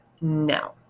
No